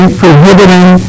prohibiting